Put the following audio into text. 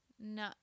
no